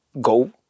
go